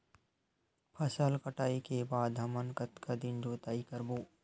फसल कटाई के बाद हमन कतका दिन जोताई करबो?